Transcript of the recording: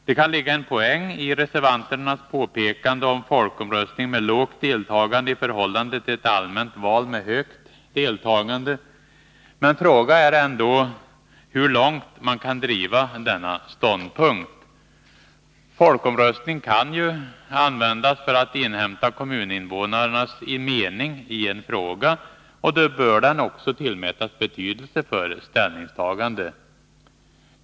Det kan ligga en poäng i reservanternas påpekande om folkomröstning med lågt deltagande i förhållande till ett allmänt val med ett högt deltagande. Men frågan är ändå hur långt man kan driva denna ståndpunkt. Folkomröstning kan ju användas för att inhämta kommuninvånarnas mening i en fråga, och då bör den också tillmätas betydelse för ställningstagandet.